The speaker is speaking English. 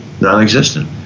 non-existent